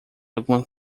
alguma